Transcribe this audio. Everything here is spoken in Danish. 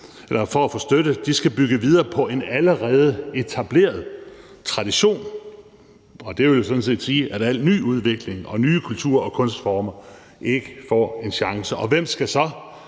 mulighed for at få støtte, skal bygge videre på en allerede etableret tradition. Og det vil jo sådan set sige, at al ny udvikling og nye kultur- og kunstformer ikke får en chance, og hvem skal så